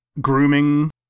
grooming